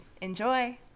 Enjoy